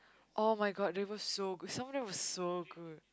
[oh]-my-god it was so good the salmon there was so good